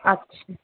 अछा